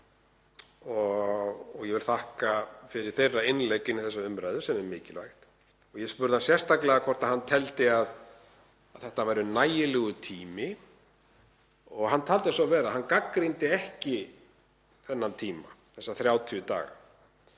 og ég vil þakka fyrir það innlegg inn í þessa umræðu sem er mikilvægt. Ég spurði hann sérstaklega hvort hann teldi að þetta væri nægilegur tími og hann taldi svo vera. Hann gagnrýndi ekki þennan tíma, þessa 30 daga.